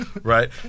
Right